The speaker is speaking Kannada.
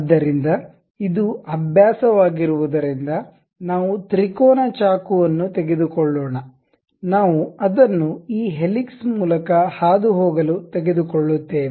ಆದ್ದರಿಂದ ಇದು ಅಭ್ಯಾಸವಾಗಿರುವುದರಿಂದ ನಾವು ತ್ರಿಕೋನ ಚಾಕುವನ್ನು ತೆಗೆದುಕೊಳ್ಳೋಣ ನಾವು ಅದನ್ನು ಈ ಹೆಲಿಕ್ಸ್ ಮೂಲಕ ಹಾದುಹೋಗಲು ತೆಗೆದುಕೊಳ್ಳುತ್ತೇವೆ